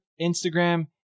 Instagram